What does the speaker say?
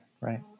right